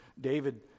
David